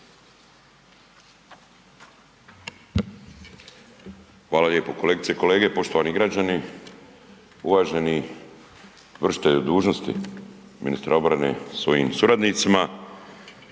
Hvala lijepo. Kolegice i kolegice, poštovani građani, uvaženi vršitelju dužnosti ministra obrane sa svojim suradnicima,